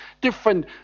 different